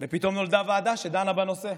ופתאום נולדה ועדה שדנה בנושא,